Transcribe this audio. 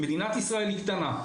מדינת ישראל היא קטנה.